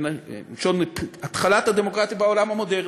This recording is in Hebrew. מלשון התחלת הדמוקרטיה בעולם המודרני.